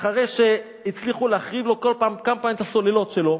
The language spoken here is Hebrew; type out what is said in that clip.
אחרי שהצליחו להחריב לו כמה פעמים את הסוללות שלו,